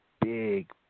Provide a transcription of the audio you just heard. Big